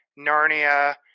Narnia